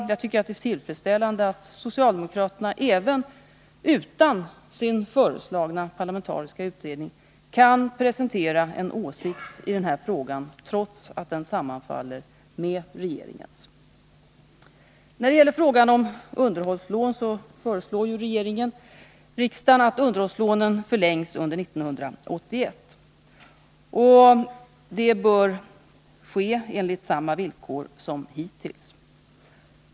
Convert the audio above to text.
Jag tycker det är tillfredsställande att socialdemokraterna även utan den parlamentariska utredning som de föreslagit kan presentera en åsikt i denna fråga, trots att den sammanfaller med regeringens. När det gäller frågan om underhållslån föreslår regeringen riksdagen att underhållslånen skall förlängas under 1981. Detta bör ske enligt samma villkor som hittills.